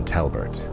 Talbert